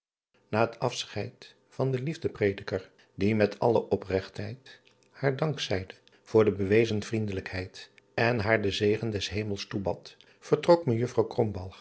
a het afscheid van den iefdeprediker die met alle opregtheid haar dank zeide voor de bewezen vriendelijkheid en haar den zegen des emels toebad vertrok ejuffrouw